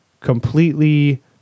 completely